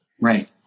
Right